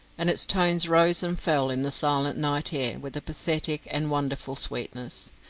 and its tones rose and fell in the silent night air with a pathetic and wonderful sweetness.